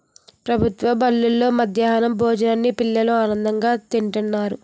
ప్రభుత్వ బడుల్లో మధ్యాహ్నం భోజనాన్ని పిల్లలు ఆనందంగా తింతన్నారు